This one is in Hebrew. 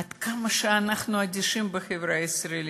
עד כמה שאנחנו אדישים בחברה הישראלית.